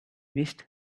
wished